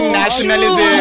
nationalism